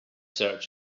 search